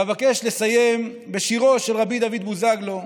ואבקש לסיים בשירו של רבי דוד בוזגלו,